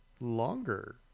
longer